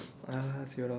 ah